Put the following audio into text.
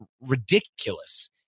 ridiculous